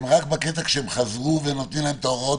הם רק בקטע כשהם חזרו ונותנים להם את ההוראות